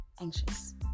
anxious